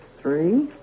three